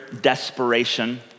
desperation